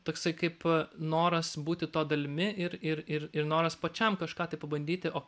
toksai kaip noras būti to dalimi ir ir ir ir noras pačiam kažką tai pabandyti o